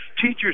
Teachers